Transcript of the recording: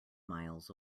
miles